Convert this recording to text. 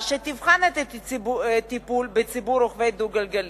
שתבחן את הטיפול בציבור הנוהגים ברכב דו-גלגלי.